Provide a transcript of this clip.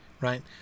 right